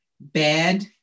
Bad